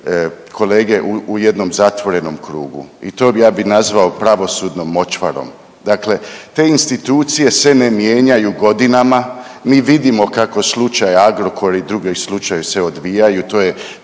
kolege u jednom zatvorenom krugu. I to ja bi nazvao pravosudnom močvarom, dakle te institucije se ne mijenjaju godinama, mi vidimo kako slučaj Agrokor i drugi slučajevi se odbijaju, to je,